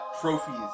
trophies